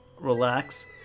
relax